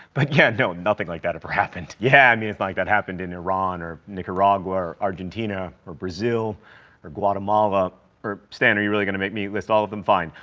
but yeah, no, nothing like that ever happened. yeah, i mean, it's not like that happened in iran or nicaragua or argentina or brazil or guatemala or stan are you really going to make me list all of them? fine.